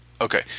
okay